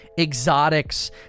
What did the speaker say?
exotics